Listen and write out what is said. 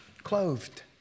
clothed